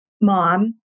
mom